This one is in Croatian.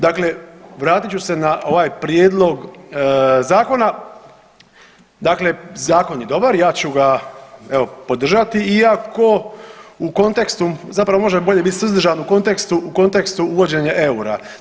Dakle, vratit ću se na ovaj prijedlog zakona, dakle zakon je dobar ja ću ga evo podržati iako u kontekstu, zapravo možda je bolje biti suzdržan, u kontekstu, u kontekstu uvođenja eura.